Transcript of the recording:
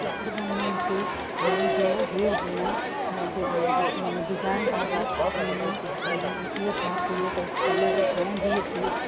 चित्रगाम में मूंखे डैंग जो हुयो पैरां मां डिजान पारे हुन में भई इहो शौक़ु हुयो भई कलर हणंदी हुअसि